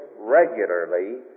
regularly